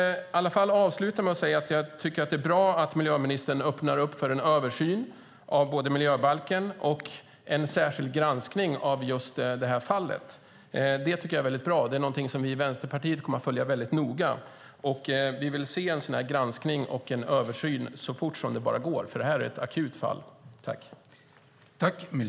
Jag vill avsluta med att säga att jag tycker att det är bra att miljöministern öppnar för en översyn av miljöbalken och för en särskild granskning av just det här fallet. Det tycker jag är väldigt bra, och vi i Vänsterpartiet kommer att följa det väldigt noga. Vi vill se en sådan översyn och granskning så fort som det bara går, för det här är ett akut fall.